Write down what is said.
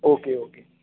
okay okay